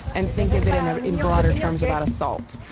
and think of it in ah in broader terms about assault.